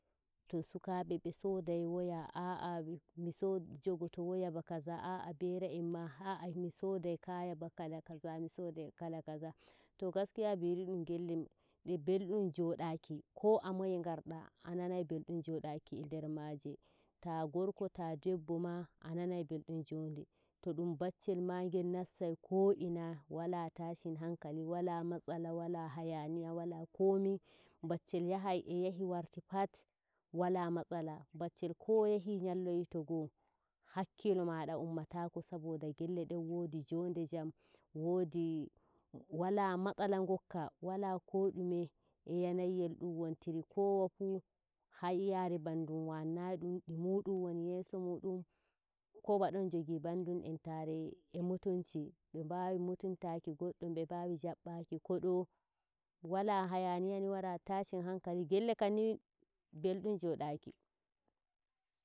To sukaɓe be sodai woya, a'ah mi jogoto, woya ba kaza. A'a bera enma mi a'a sodai kaya ba kala kaza mi sodai kala kaza, to gaskiya Biri dun gelle de belɗum jodaki ko a moye ngarda ananai belɗ4um jodaki e nder maje. Ta gorko ta debbo ma a nanai beldum jonde. To dum baccel ma ngel nastai ko ina wala tashin hankali wala matsala wala hayaniya wala komi. Baccel yahai e yahi warti pat wala matsala ko yahi nyalloyi to goo hakkilo ma ummatako saboda gelle den wodi wala matsala ngokka wala ko dume e yanayi yel dum wontiri kowa fuu hayyare bandum wannai dum di mudum woni yeso mudum kowa don jogi bandum entare e mutunci be mbawi mutuntaki goddum be nbawi jabbaki kodo wala hayaniya wala tashin hankali gelle kam ni beldim jodaki.